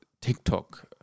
TikTok